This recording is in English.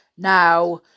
Now